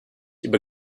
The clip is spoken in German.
über